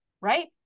right